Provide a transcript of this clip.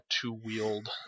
two-wheeled